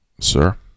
Sir